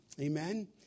Amen